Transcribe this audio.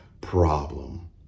problem